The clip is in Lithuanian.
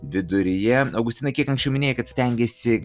viduryje augustinai kiek anksčiau minėjai kad stengiesi